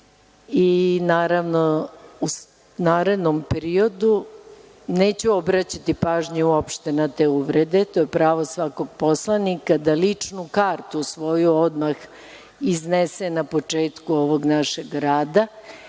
i, naravno, u narednom periodu neću obraćati pažnju uopšte na te uvrede, to je pravo svakog poslanika da ličnu kartu svoju odmah iznese na početku ovog našeg rada